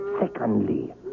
Secondly